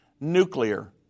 nuclear